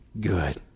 good